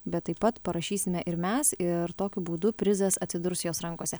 bet taip pat parašysime ir mes ir tokiu būdu prizas atsidurs jos rankose